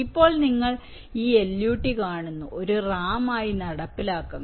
ഇപ്പോൾ നിങ്ങൾ ഈ LUT കാണുന്നു ഒരു റാം ആയി നടപ്പിലാക്കുന്നു